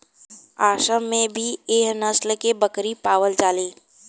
आसाम में भी एह नस्ल के बकरी पावल जाली